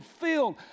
filled